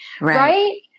Right